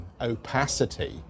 opacity